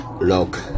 Look